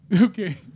Okay